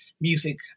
music